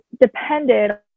depended